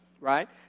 right